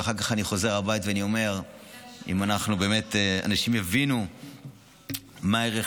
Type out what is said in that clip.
ואחר כך אני חוזר הביתה ואני אומר שאנשים יבינו מה הערך